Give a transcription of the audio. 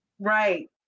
Right